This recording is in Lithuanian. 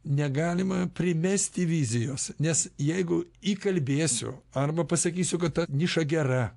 negalima primesti vizijos nes jeigu įkalbėsiu arba pasakysiu kad ta niša gera